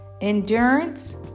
Endurance